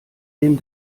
dem